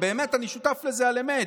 ובאמת אני שותף לזה על אמת.